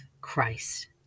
Christ